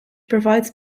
provides